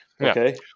okay